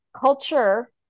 culture